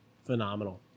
phenomenal